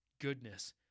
goodness